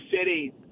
City